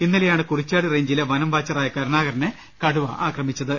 ഇന്നലെയാണ് കുറിച്ചാട് റെയ്ഞ്ചിലെ വനം വാച്ചറായ കരുണാകരനെ കടുവ ആക്രമിച്ചത്